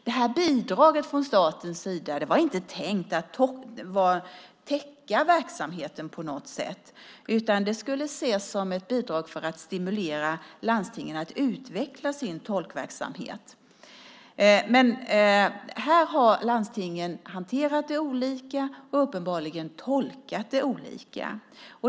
Det här bidraget från statens sida var inte på något sätt tänkt att täcka verksamheten utan skulle ses som ett bidrag för att stimulera landstingen att utveckla sin tolkverksamhet. Landstingen har hanterat detta olika och uppenbarligen tolkat det olika.